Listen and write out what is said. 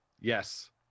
Yes